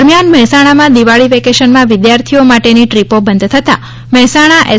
દરમ્યાન મહેસાણામાં દિવાળી વેકેશનમાં વિદ્યાર્થીઓ માટેની દ્રીપો બંધ થતા મહેસાણા એસ